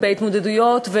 על התמודדויות,